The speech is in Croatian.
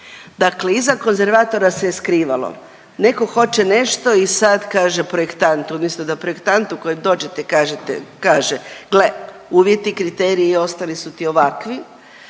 Dakle iza konzervatora se je skrivalo. Netko hoće nešto i sad kaže projektantu, umjesto da projektantu kojem dođete kažete, kaže gle uvjeti, kriteriji i ostali su ti ovakvi.